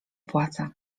płaca